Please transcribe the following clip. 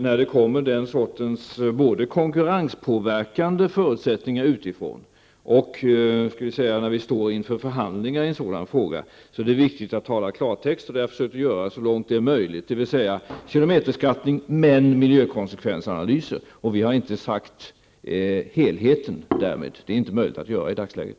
När det gäller den sortens konkurrenspåverkande förutsättningar, och när vi står inför förhandlingar i en sådan fråga, är det viktigt att tala klartext. Det har jag försökt göra så långt det är möjligt. Det är fråga om kilometerbeskattning men även miljökonsekvensanalyser. Vi har därmed inte sagt något om helheten. Det är inte möjligt att göra i dagsläget.